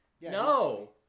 No